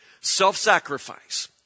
Self-sacrifice